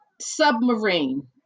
submarine